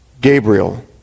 Gabriel